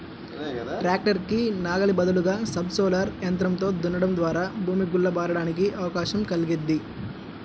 tractor కి నాగలి బదులుగా సబ్ సోయిలర్ యంత్రంతో దున్నడం ద్వారా భూమి గుల్ల బారడానికి అవకాశం కల్గిద్ది